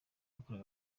yakorewe